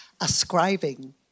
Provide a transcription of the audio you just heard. ascribing